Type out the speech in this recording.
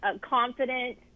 confident